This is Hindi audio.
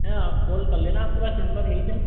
आप कॉल कर लेना आपके पास नम्बर है ही सर